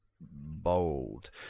bold